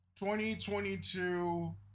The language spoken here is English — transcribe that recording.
2022